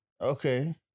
Okay